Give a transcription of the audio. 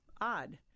odd